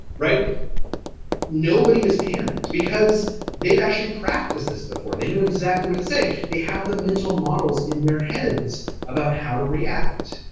nobody is panicked because they've actually practiced this before, they know exactly what to say. they have the mental models in their heads about how to react.